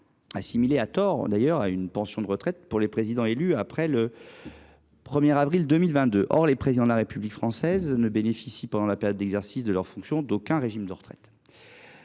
assimilée, à tort d’ailleurs, à une pension de retraite pour les présidents élus après le 1 avril 2022. Or les Présidents de la République française ne bénéficient pendant la période d’exercice de leur fonction d’aucun régime de retraite.